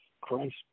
Christ